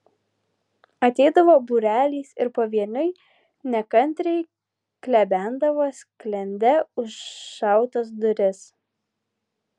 ateidavo būreliais ir pavieniui nekantriai klebendavo sklende užšautas duris